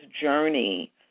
journey